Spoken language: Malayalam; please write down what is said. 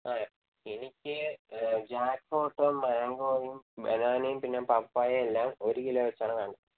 ആ എനിക്ക് ജാക്ക്ഫ്രൂട്ടും മാംഗോയും ബനാനയും പിന്നെ പപ്പായ എല്ലാം ഒരു കിലോ വെച്ചാണ് വേണ്ടത്